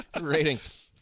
Ratings